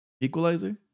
Equalizer